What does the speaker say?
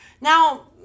Now